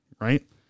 Right